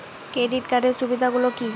Credit কার্ডের সুবিধা গুলো কি?